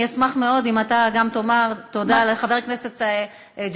אני אשמח מאוד אם גם אתה תאמר תודה לחבר הכנסת ג'בארין,